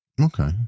Okay